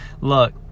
look